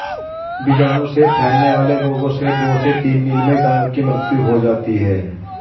बीजाणु से फैलने वाले रोगों से दो से तीन दिन में गायों की मृत्यु हो जाती है